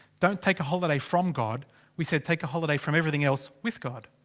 don't take a holiday from god we said take a holiday from everything else. with god.